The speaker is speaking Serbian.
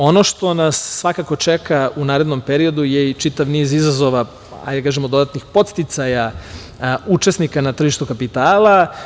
Ono što nas svakako čeka u narednom periodu je i čitav niz izazova, hajde da kažemo – dodatnih podsticaja, učesnika na tržištu kapitala.